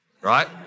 right